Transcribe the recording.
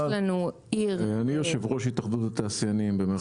אני יו"ר התאחדות התעשיינים במרחב ירושלים.